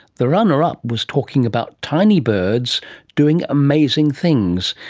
the runner-up was talking about tiny birds doing amazing things,